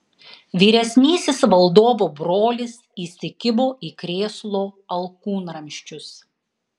vyresnysis valdovo brolis įsikibo į krėslo alkūnramsčius